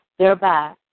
Thereby